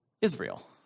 Israel